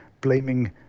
blaming